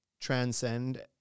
transcend